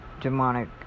demonic